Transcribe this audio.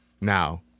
Now